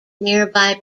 nearby